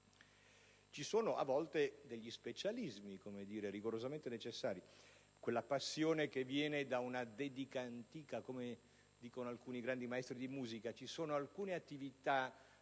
Ci sono a volte degli specialismi rigorosamente necessari, quella passione che viene da una dedica antica, come dicono alcuni grandi maestri di musica: ci sono alcune attività